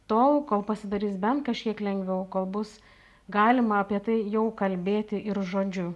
tol kol pasidarys bent kažkiek lengviau kol bus galima apie tai jau kalbėti ir žodžiu